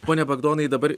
pone bagdonai dabar